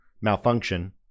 malfunction